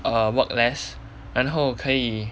err work less and 然后可以